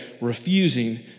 refusing